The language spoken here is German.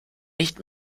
nicht